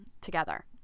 together